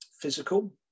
physical